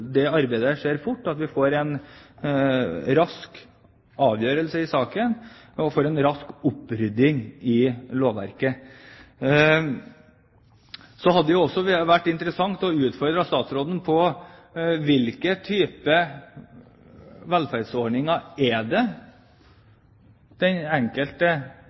arbeidet skjer fort, og at vi får en rask avgjørelse i saken og en rask opprydding i lovverket. Det hadde også vært interessant å utfordre statsråden på hvilke typer velferdsordninger utenlandske kriminelle som soner i norske fengsler, kan ta med seg. Finnes det